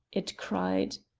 it cried.